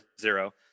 zero